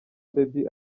baby